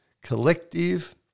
collective